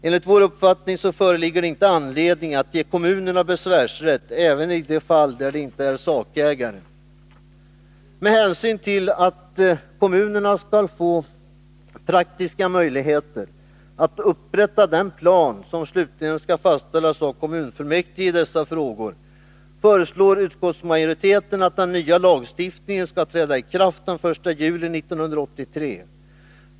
Enligt vår uppfattning föreligger inte anledning att ge kommunerna besvärsrätt även i de fall där de inte är sakägare. Med hänsyn till att kommunerna skall få praktiska möjligheter att upprätta den plan i dessa frågor som slutligen skall fastställas av kommunfullmäktige föreslår utskottsmajoriteten att den nya lagstiftningen skall träda i kraft den 1 juli 1983.